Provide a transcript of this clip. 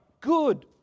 good